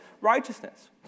righteousness